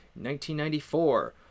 1994